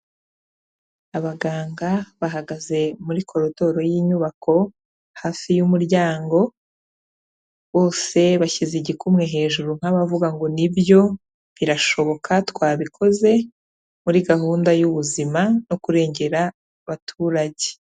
Abaganga bahagaze muri koridoro y'inyubako hafi y'umuryango, bose bashyize igikumwe hejuru nka bavuga ngo nibyo birashoboka twabikoze muri gahunda y'ubuzima no kurengera abaturage.